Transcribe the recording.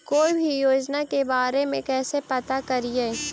कोई भी योजना के बारे में कैसे पता करिए?